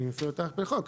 אני מפעיל אותה על פי חוק.